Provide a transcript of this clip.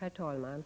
Herr talman!